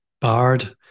Bard